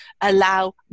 allow